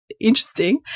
interesting